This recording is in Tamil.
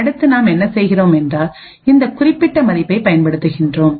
அடுத்து நாம் என்ன செய்கிறோம் என்றால் இந்த குறிப்பிட்ட மதிப்பைப் பயன்படுத்துகிறோம்